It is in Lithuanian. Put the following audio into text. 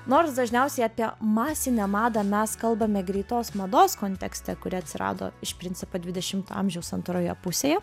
nors dažniausiai apie masinę madą mes kalbame greitos mados kontekste kuri atsirado iš principo dvidešimto amžiaus antroje pusėje